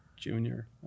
junior